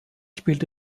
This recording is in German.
spielte